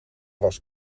was